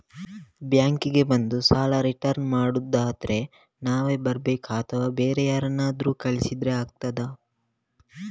Bank ಗೆ ಬಂದು ಸಾಲ ರಿಟರ್ನ್ ಮಾಡುದಾದ್ರೆ ನಾವೇ ಬರ್ಬೇಕಾ ಅಥವಾ ಬೇರೆ ಯಾರನ್ನಾದ್ರೂ ಕಳಿಸಿದ್ರೆ ಆಗ್ತದಾ?